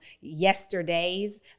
yesterdays